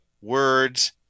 words